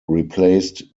replaced